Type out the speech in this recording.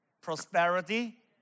prosperity